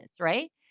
right